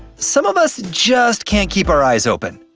some of us just can't keep our eyes open